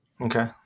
Okay